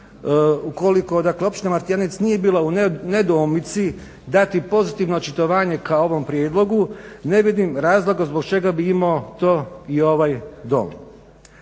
dakle Općina Martijanec nije bila u nedoumici dati pozitivno očitovanje ka ovom prijedlogu ne vidim razloga zbog čega bi imao to i ovaj dom.